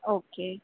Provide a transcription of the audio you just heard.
okay